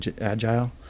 agile